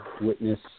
witness